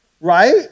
right